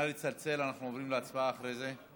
נא לצלצל, אנחנו עוברים להצבעה אחרי זה.